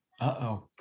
Uh-oh